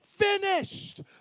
finished